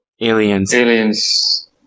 aliens